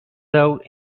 though